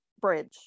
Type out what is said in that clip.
bridge